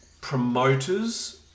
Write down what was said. promoters